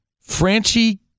Franchi